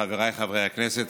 חבריי חברי הכנסת,